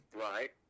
Right